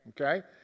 okay